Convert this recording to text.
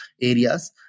areas